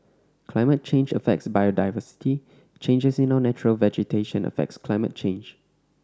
climate change affects biodiversity changes in our natural vegetation affects climate change